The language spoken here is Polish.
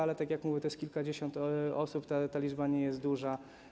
Ale tak jak mówię, to jest kilkadziesiąt osób, ta liczba nie jest duża.